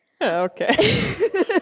Okay